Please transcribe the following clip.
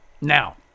Now